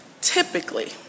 typically